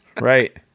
Right